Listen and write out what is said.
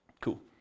Cool